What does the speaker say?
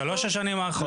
בשלוש השנים האחרונות.